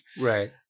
Right